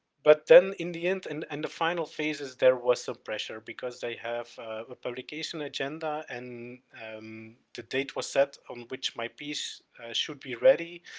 but then in the end and and the final phases there was some pressure because they have the ah publication agenda and um the date was set on which my piece should be ready,